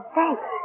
Thanks